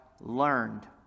learned